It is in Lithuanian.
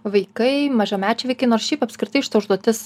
vaikai mažamečiai vaikai nors šiaip apskritai šita užduotis